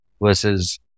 versus